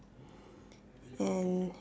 and